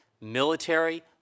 military